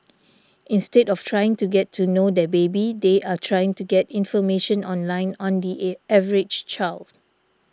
instead of trying to get to know their baby they are trying to get information online on the average child